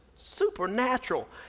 Supernatural